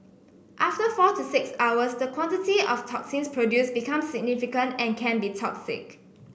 after four to six hours the quantity of toxins produced become significant and can be toxic